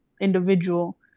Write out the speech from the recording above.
individual